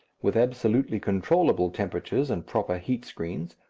with absolutely controllable temperatures and proper heat screens,